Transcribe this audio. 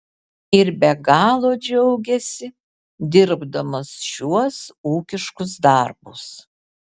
ir be galo džiaugiasi dirbdamas šiuos ūkiškus darbus